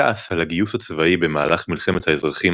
הכעס על הגיוס הצבאי במהלך מלחמת האזרחים